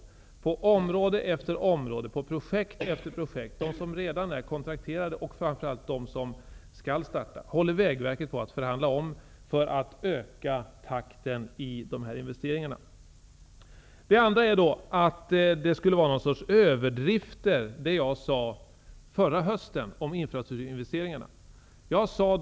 När det gäller område efter område och projekt efter projekt -- de som redan är kontrakterade och framför allt de som skall starta -- håller Vägverket på att förhandla om för att öka takten i investeringarna. Det andra argumentet är att vad jag sade förra hösten om infrastrukturinvesteringarna skulle vara någon sorts överdrift.